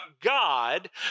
God